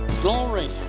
Glory